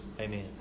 amen